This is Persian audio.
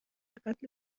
قتل